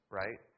right